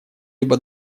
либо